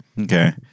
Okay